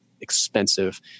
expensive